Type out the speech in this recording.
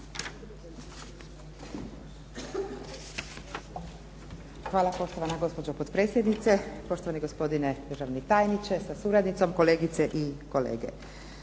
Hvala poštovana gospođo potpredsjednice, poštovani gospodine državni tajniče sa suradnicom, kolegice i kolege.